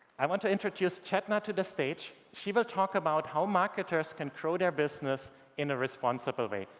i want to introduce chetna to the stage. she will talk about how marketers can grow their business in a responsible way.